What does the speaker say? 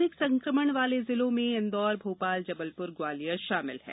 अधिक संकमण वाले जिलों में इंदौर भोपाल जबलपुर ग्वालियर शामिल हैं